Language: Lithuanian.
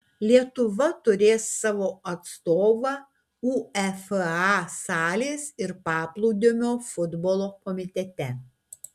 lietuva turės savo atstovą uefa salės ir paplūdimio futbolo komitete